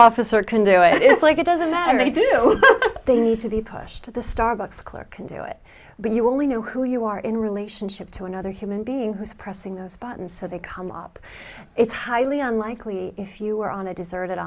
office or can do it is like it doesn't matter they do they need to be pushed to the starbucks clerk can do it but you only know who you are in relationship to another human being who's pressing those buttons so they come up it's highly unlikely if you were on a deserted